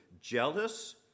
jealous